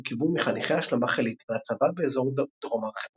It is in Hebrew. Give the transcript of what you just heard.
שהורכבו מחניכי השלמה חילית והצבה באזור דרום הר חברון.